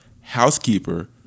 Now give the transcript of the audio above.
housekeeper